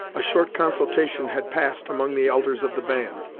a short consultation had passed among the elders of the band,